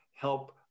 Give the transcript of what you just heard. help